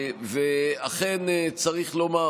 ואכן, צריך לומר